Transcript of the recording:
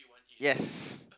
yes